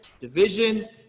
divisions